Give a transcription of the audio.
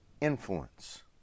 influence